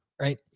Right